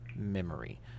memory